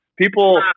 people